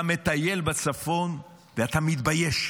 אתה מטייל בצפון ואתה מתבייש,